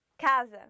Casa